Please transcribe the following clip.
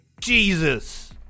Jesus